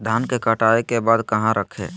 धान के कटाई के बाद कहा रखें?